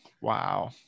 Wow